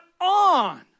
on